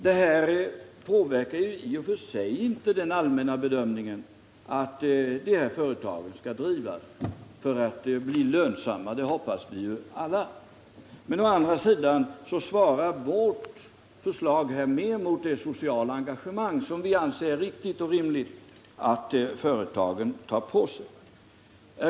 Detta påverkar i och för sig inte den allmänna bedömningen att dessa företag skall drivas för att bli lönsamma — det hoppas vi ju alla att de skall bli. Men vårt förslag svarar mer mot det sociala engagemang som vi anser det riktigt och rimligt att företagen tar på sig.